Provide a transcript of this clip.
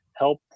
help